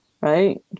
Right